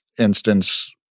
instance